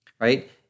right